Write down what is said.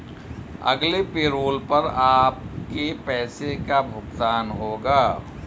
अगले पैरोल पर आपके पैसे का भुगतान होगा